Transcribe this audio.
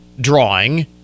drawing